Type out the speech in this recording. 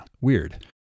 Weird